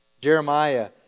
Jeremiah